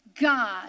god